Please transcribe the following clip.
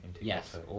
Yes